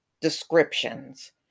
descriptions